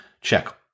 check